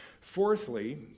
Fourthly